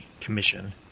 commission